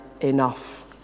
enough